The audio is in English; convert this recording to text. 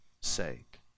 sake